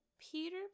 Peter